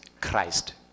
Christ